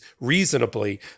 reasonably